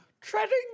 treading